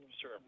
Sure